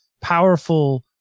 powerful